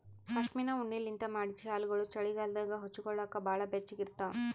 ಪಶ್ಮಿನಾ ಉಣ್ಣಿಲಿಂತ್ ಮಾಡಿದ್ದ್ ಶಾಲ್ಗೊಳು ಚಳಿಗಾಲದಾಗ ಹೊಚ್ಗೋಲಕ್ ಭಾಳ್ ಬೆಚ್ಚಗ ಇರ್ತಾವ